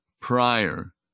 prior